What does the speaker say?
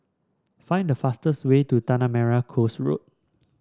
find the fastest way to Tanah Merah Coast Road